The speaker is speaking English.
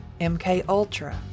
MKUltra